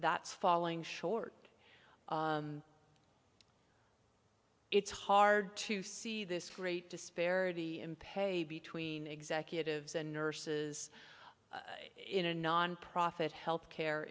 that's falling short it's hard to see this great disparity in pay between executives and nurses in a nonprofit health care